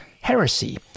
heresy